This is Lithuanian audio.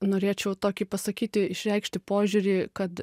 norėčiau tokį pasakyti išreikšti požiūrį kad